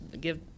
Give